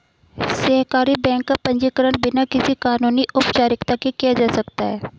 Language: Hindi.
सहकारी बैंक का पंजीकरण बिना किसी कानूनी औपचारिकता के किया जा सकता है